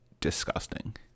disgusting